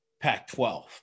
Pac-12